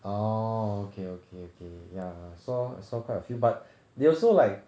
oh okay okay okay yeah saw saw quite a few but they also like